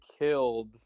killed